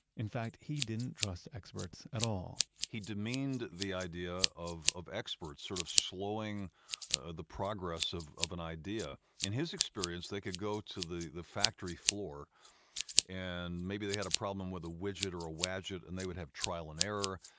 in fact, he didn't trust experts at all he demeaned the idea of of experts sort of slowing the progress of of an idea. in his experience. they could go to the the factory floor and maybe they had a problem with a widget or a wadget and they would have trial and error,